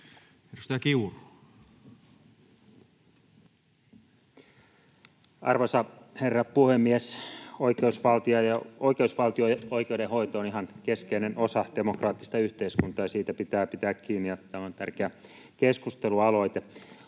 Content: Arvoisa herra puhemies! Oikeusvaltio ja oikeudenhoito ovat ihan keskeinen osa demokraattista yhteiskuntaa. Niistä pitää pitää kiinni, ja tämä on tärkeä keskustelualoite.